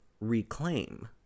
reclaim